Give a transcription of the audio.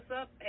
up